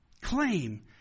claim